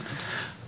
נכון, נכון.